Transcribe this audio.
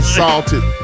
salted